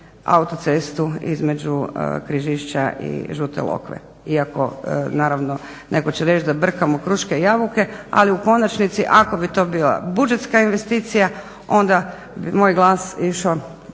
autocestu između Križišća i Žute Lokve. Iako naravno netko će reći da brkamo kruške i jabuke, ali u konačnici ako bi to bila budžetska investicija onda bi moj glas išao